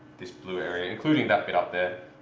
this blue area including that bit up there,